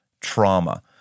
Trauma